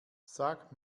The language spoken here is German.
sag